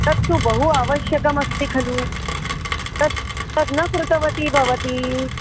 तत्तु बहु आवश्यकमस्ति खलु तत् तद् न कृतवती भवती